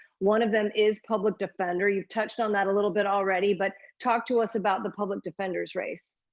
one of them is public defender. you've touched on that a little bit already, but talk to us about the public defender's race.